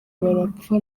barapfa